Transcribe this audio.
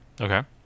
Okay